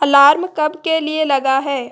alarm कब के लिए लगा है